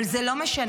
אבל זה לא משנה,